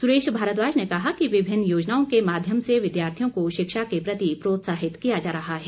सुरेश भारद्वाज ने कहा कि विभिन्न योजनाओं के माध्यम से विद्यार्थियों को शिक्षा के प्रति प्रोत्साहित किया जा रहा है